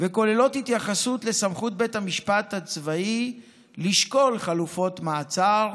וכוללות התייחסות לסמכות בתי המשפט הצבאיים לשקול חלופות מעצר,